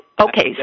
Okay